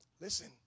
Listen